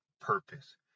purpose